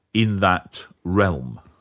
in that realm.